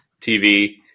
TV